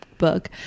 book